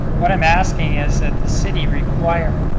what i'm asking is that the city require,